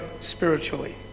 spiritually